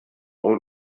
اون